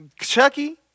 Chucky